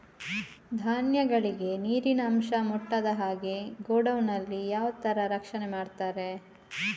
ಧಾನ್ಯಗಳಿಗೆ ನೀರಿನ ಅಂಶ ಮುಟ್ಟದ ಹಾಗೆ ಗೋಡೌನ್ ನಲ್ಲಿ ಯಾವ ತರ ರಕ್ಷಣೆ ಮಾಡ್ತಾರೆ?